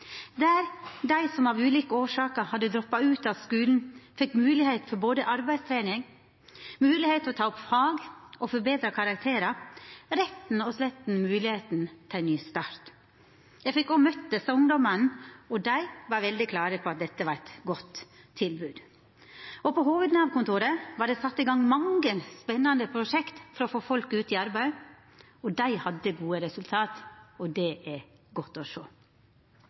der dei som av ulike årsaker hadde droppa ut av skulen, fekk moglegheit både til arbeidstrening og til å ta opp fag og forbetra karakterar – rett og slett moglegheit til ein ny start. Eg fekk òg møta desse ungdomane, og dei var veldig klare på at dette var eit godt tilbod. På hovudkontoret til Nav var det sett i gang mange spennande prosjekt for å få folk ut i arbeid, og dei hadde gode resultat. Det er godt å sjå.